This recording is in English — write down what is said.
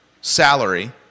salary